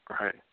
Right